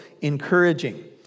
encouraging